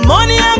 Money